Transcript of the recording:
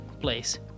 place